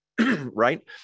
right